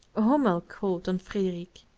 hummel called on frederic,